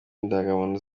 indangamuntu